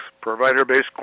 provider-based